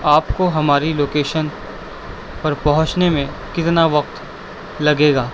آپ کو ہماری لوکیشن پر پہنچنے میں کتنا وقت لگے گا